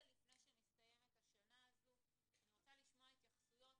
לפני שמסתיימת השנה הזו ואני רוצה לשמוע התייחסויות.